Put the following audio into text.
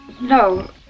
No